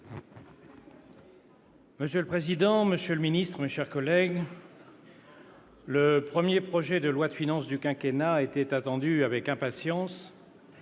Monsieur le président, monsieur le secrétaire d'État, mes chers collègues, le premier projet de loi de finances du quinquennat était attendu avec impatience-